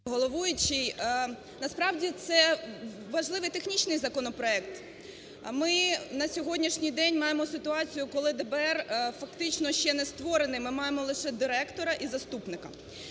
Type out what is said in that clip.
…головуючій. Насправді це важливий технічний законопроект. Ми на сьогоднішній день маємо ситуацію, коли ДБР фактично ще не створено, ми маємо лише директора і заступника.